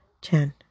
Chan